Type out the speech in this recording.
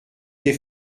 des